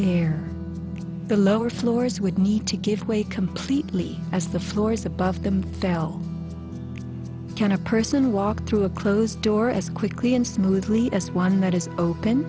here the lower floors would need to give way completely as the floors above them fell can a person walk through a closed door as quickly and smoothly as one that is open